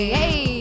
hey